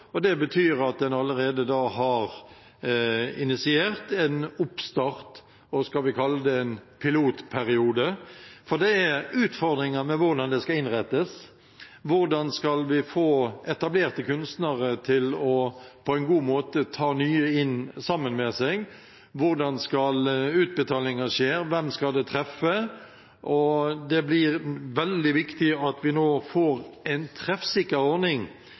og det betyr at en allerede da har initiert en oppstart og – skal vi kalle det – en pilotperiode. For det er utfordringer med hvordan det skal innrettes. Hvordan skal vi få etablerte kunstnere til på en god måte å ta nye inn sammen med seg? Hvordan skal utbetalinger skje? Hvem skal det treffe? Det blir veldig viktig at vi nå får en treffsikker ordning.